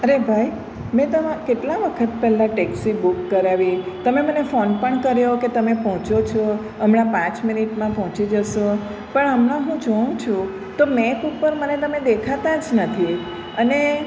અરે ભાઈ મેં તો આમાં કેટલા વખત પહેલાં ટેક્સી બુક કરાવી તમે મને ફોન પણ કર્યો કે તમે પહોંચો છો હમણાં પાંચ મિનિટમાં પહોંચી જશો પણ હમણાં હું જોઉં છું તો મેપ ઉપર મને તમે દેખાતા જ નથી અને